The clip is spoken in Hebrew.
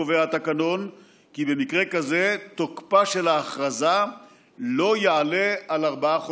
קובע התקנון כי במקרה כזה תוקפה של ההכרזה לא יעלה על ארבעה חודשים.